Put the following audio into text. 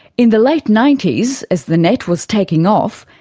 in the late nineties, as the net was taking off,